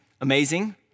amazing